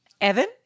Evan